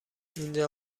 اینجا